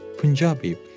Punjabi